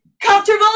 Comfortable